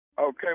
Okay